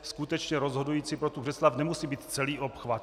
Skutečně rozhodující pro Břeclav nemusí být celý obchvat.